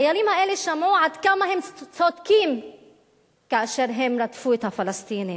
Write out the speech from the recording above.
החיילים האלו שמעו עד כמה הם צודקים כאשר הם רדפו את הפלסטינים,